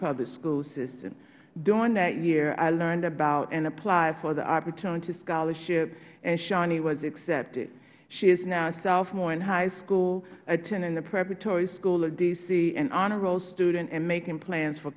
public school system during that year i learned about and applied for the opportunity scholarship and shawnee was accepted she is now a sophomore in high school attending the preparatory school of d c an honor roll student and making plans for